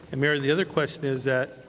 and mayor the other question is